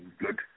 good